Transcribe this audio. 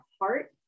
heart